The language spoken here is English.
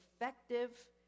effective